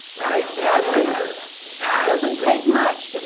right? badfinger. god. it doesn't take much.